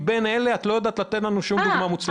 מבין אלה את לא יודעת לתת לנו שום דוגמה מוצלחת?